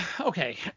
Okay